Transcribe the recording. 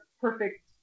perfect